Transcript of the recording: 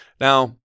Now